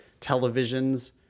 televisions